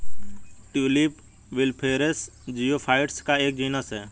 tulip bulbiferous geophytes का एक genus है